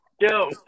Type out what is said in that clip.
Yo